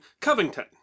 Covington